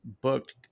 booked